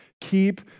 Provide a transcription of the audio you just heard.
Keep